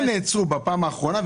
כמה נעצרו בפעם האחרונה,